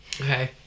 Okay